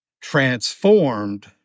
transformed